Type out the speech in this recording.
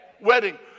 Wedding